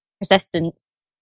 persistence